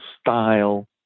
style